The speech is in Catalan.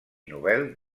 nobel